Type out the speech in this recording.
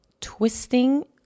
twisting